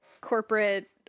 corporate